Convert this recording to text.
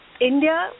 India